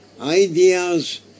ideas